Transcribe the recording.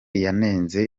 yanenze